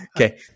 Okay